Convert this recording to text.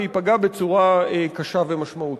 וייפגע בצורה קשה ומשמעותית.